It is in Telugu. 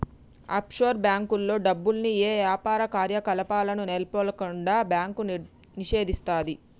ఆఫ్షోర్ బ్యేంకుల్లో డబ్బుల్ని యే యాపార కార్యకలాపాలను నెలకొల్పకుండా బ్యాంకు నిషేధిస్తది